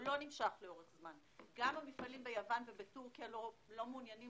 גם המפעלים ביוון ובטורקיה לא מעוניינים